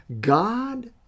God